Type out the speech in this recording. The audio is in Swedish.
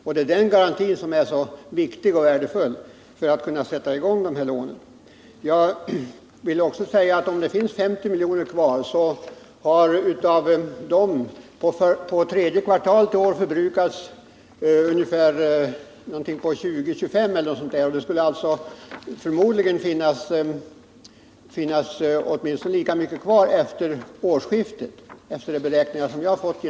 Och det är den garantin som är så viktig och värdefull för att kunna få till stånd dessa lån. Sedan vill jag också säga: Det fanns ca 50 miljoner kvar av garantiramen den I oktober.